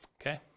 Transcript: okay